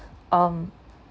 um